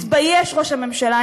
תתבייש, ראש הממשלה.